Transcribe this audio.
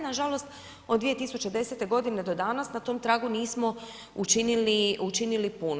Nažalost, od 2010. godine do danas, na tom tragu nismo učinili puno.